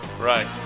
Right